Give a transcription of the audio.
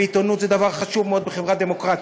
ועיתונות זה דבר חשוב מאוד בחברה דמוקרטית,